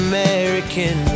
American